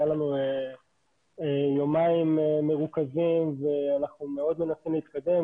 לנו יומיים מרוכזים ואנחנו מאוד מנסים להתקדם,